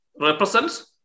represents